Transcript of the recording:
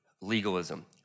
legalism